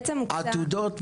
עתודות?